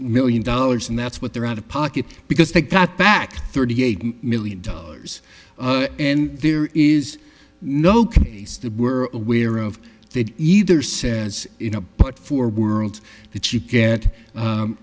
million dollars and that's what they're out of pocket because they got back thirty eight million dollars and there is no case that we're aware of that either says you know but for world that you get